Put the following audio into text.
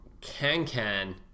can-can